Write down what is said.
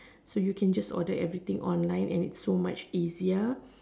so you can just order everything online and its so much easier